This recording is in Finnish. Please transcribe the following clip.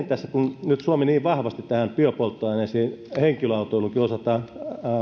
tässä kun nyt suomi niin vahvasti biopolttoaineisiin henkilöautoilunkin osalta